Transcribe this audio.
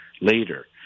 later